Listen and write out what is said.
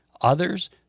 others